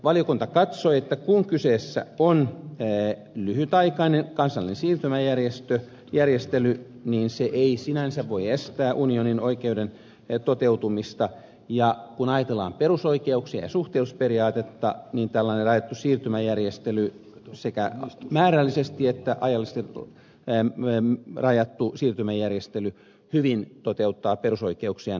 valiokunta katsoi että kun kyseessä on lyhytaikainen kansallinen siirtymäjärjestely se ei sinänsä voi estää unionin oikeuden toteutumista ja kun ajatellaan perusoikeuksia ja suhteellisuusperiaatetta niin tällainen rajattu siirtymäjärjestely sekä määrällisesti että ajallisesti rajattu siirtymäjärjestely hyvin toteuttaa perusoikeuksia